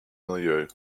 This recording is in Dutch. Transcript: milieu